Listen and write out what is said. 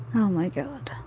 oh, my god.